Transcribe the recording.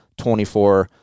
24